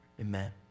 amen